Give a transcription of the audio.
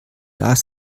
lars